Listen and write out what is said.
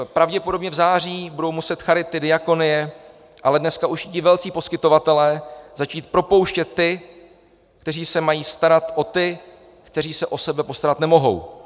Pravděpodobně v září budou muset charity, diakonie, ale dneska už i ti velcí poskytovatelé začít propouštět ty, kteří se mají starat o ty, kteří se o sebe postarat nemohou.